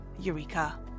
Eureka